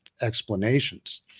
explanations